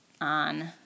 on